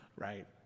right